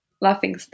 laughing